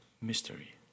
mystery